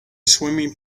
swimming